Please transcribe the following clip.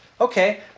Okay